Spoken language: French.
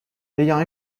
ayant